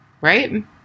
right